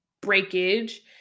breakage